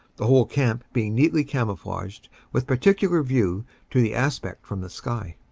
the whole camp being neatly camouflaged with particular view to the aspect from the sky.